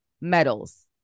medals